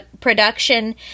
production